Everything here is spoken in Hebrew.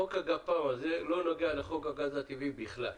חוק הגפ"ם הזה לא נוגע לחוק הגז הטבעי בכלל.